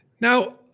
Now